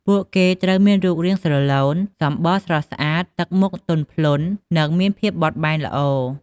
ពួកគេត្រូវមានរូបរាងស្រឡូន សម្បុរស្រស់ស្អាត ទឹកមុខទន់ភ្លន់ និងមានភាពបត់បែនល្អ។